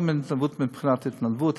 לא התנדבות במשמעות התנדבות,